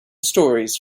stories